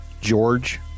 George